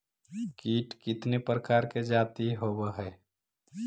कीट कीतने प्रकार के जाती होबहय?